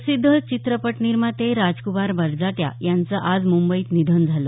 प्रसिद्ध चित्रपट निर्माते राजकुमार बडजात्या यांचं आज मुंबईत निधन झालं